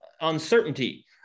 uncertainty